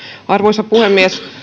arvoisa puhemies